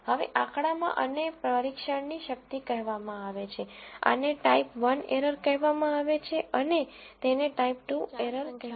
હવે આંકડામાં આને પરીક્ષણની શક્તિ કહેવામાં આવે છે આને ટાઇપ વન એરર કહેવામાં આવે છે અને તેને ટાઇપ ટુ એરર કહેવામાં આવે છે